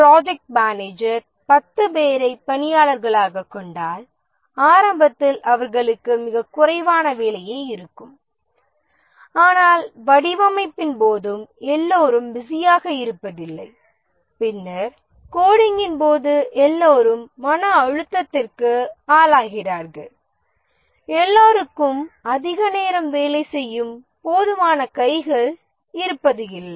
project manager பத்து பேரை பணியாளர்களாகக் கொண்டால் ஆரம்பத்தில் அவர்களுக்கு மிகக் குறைவான வேலையே இருக்கும் ஆனால் வடிவமைப்பின் போதும் எல்லோரும் பிஸியாக இருப்பதில்லை பின்னர் கோடிங்கின் போது எல்லோரும் மன அழுத்தத்திற்கு ஆளாகிறார்கள் எல்லோருக்கும் அதிக நேரம் வேலை செய்யும் போதுமான கைகள் இருப்பது இல்லை